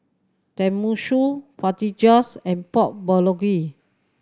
Tenmusu Fajitas and Pork Bulgogi